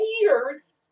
years